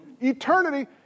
Eternity